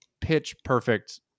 pitch-perfect